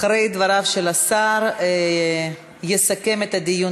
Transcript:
אחרי דבריו של השר יסכם את הדיון